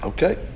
Okay